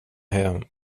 hem